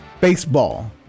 Baseball